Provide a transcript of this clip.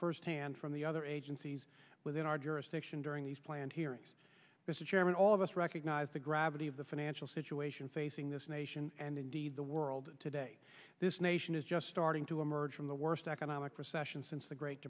firsthand from the other agencies within our jurisdiction during these planned hearings this chairman all of us recognize the gravity of the financial situation facing this nation and indeed the world today this nation is just starting to emerge from the worst economic recession since the great